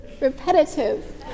repetitive